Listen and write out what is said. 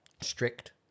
strict